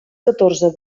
catorze